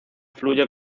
fluye